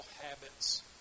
habits